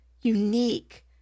unique